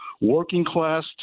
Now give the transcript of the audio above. working-class